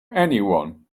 anyone